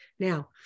Now